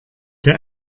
der